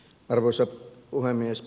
arvoisa puhemies